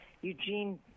Eugene